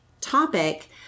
topic